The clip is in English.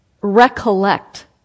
recollect